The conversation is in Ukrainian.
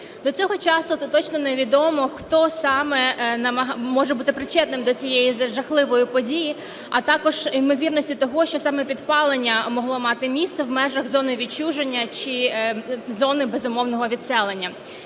До цього часу остаточно невідомо, хто саме може бути причетним до цієї жахливої події, а також ймовірності того, що саме підпалення могло мати місце в межах зони відчуження, чи зони безумовного відселення.